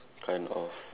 kind of